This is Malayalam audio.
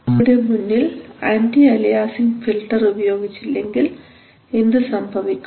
എ ഡി സി യുടെ മുന്നിൽ ആന്റി അലിയാസിങ് ഫിൽട്ടർ ഉപയോഗിച്ചില്ലെങ്കിൽ എന്തു സംഭവിക്കും